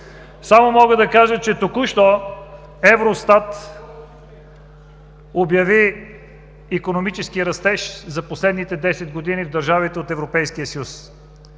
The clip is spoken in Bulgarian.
само мога да кажа, че току-що „Евростат“ обяви икономическия растеж за последните десет години в държавите от Европейския съюз.